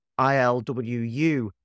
ILWU